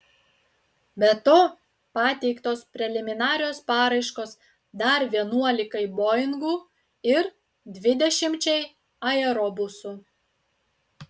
be to pateiktos preliminarios paraiškos dar vienuolikai boingų ir dvidešimčiai aerobusų